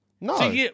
No